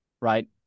right